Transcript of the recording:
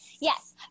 Yes